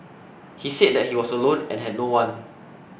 he said that he was alone and had no one